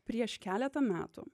prieš keletą metų